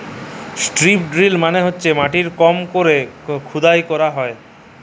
strip drill মালে হইসে মাটির কম কইরে খুদাই ক্যইরা হ্যয়